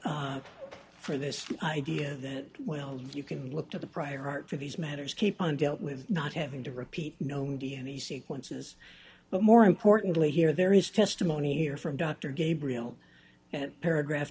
azure for this idea that well you can look to the prior art for these matters keep on dealt with not having to repeat known d n a sequences but more importantly here there is testimony here from dr gabriel and paragraph